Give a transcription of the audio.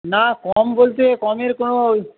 না কম বলতে কমের কোনো